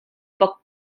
poc